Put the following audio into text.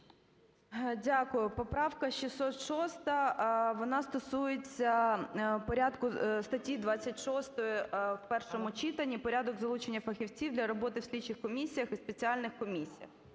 Дякую. Поправка 606, вона стосується статті 26 в першому читанні "Порядок залучення фахівців для роботи в слідчих комісіях і спеціальних комісіях".